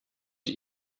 die